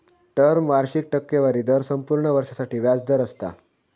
term वार्षिक टक्केवारी दर संपूर्ण वर्षासाठी व्याज दर असता